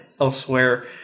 elsewhere